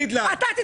אתה תתבייש לך.